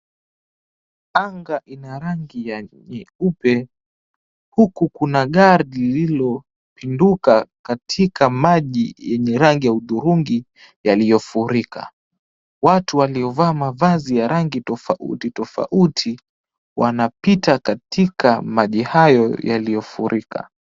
Anga ina rangi ya nyeupe, huku kuna gari lililopinduka katika maji yenye rangi ya hudhurungi yaliyofurika. Watu waliovaa mavazi ya rangi tofauti tofauti wanapita katika maji hayo yaliyofurika.